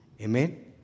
Amen